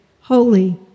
holy